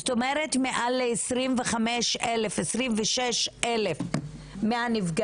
זאת אומרת מעל לעשרים ושש אלף מהנפגעים